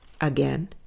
Again